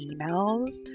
emails